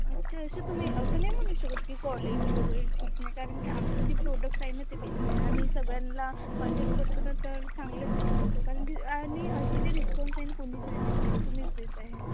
अच्छा असे तुम्ही असं नाही म्हणू शकत की क्वालिटी वगैरे ठीक नाही कारण की आमचं जे प्रोडक्ट आहे ना ते बेस्ट आहे आम्ही सगळ्यांला पर्चेस करतो ना तर चांगलेच देत असतो कारण की आणि असे जे रिस्पॉन्स आहे नं कोणीच नाही दिले तुम्हीच देत आहेत